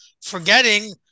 forgetting